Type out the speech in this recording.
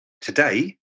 today